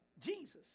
Jesus